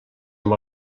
amb